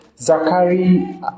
Zachary